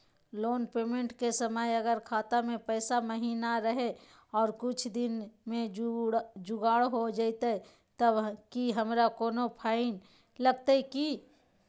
Loan payment के समय अगर खाता में पैसा महिना रहै और कुछ दिन में जुगाड़ हो जयतय तब की हमारा कोनो फाइन लगतय की?